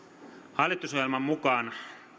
hallitusohjelman mukaan